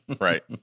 right